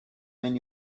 when